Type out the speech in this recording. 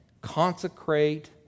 consecrate